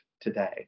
today